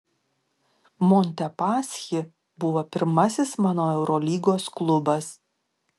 montepaschi buvo pirmasis mano eurolygos klubas